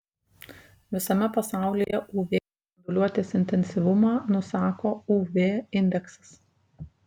visame pasaulyje uv spinduliuotės intensyvumą nusako uv indeksas